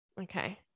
Okay